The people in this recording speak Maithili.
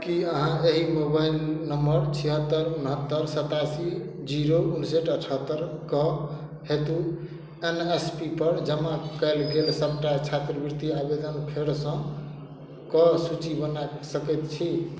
की अहाँ एहि मोबाइल नंबर छिहत्तर उनहत्तर सतासी जीरो उनसठ अठहत्तर कऽ हेतु एन एस पी पर जमा कयल गेल सबटा छात्रवृति आवेदन फेरसँ कऽ सूची बना सकैत छी